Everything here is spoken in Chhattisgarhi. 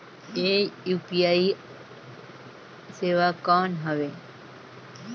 ये यू.पी.आई सेवा कौन हवे?